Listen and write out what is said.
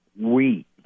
wheat